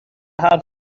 حرف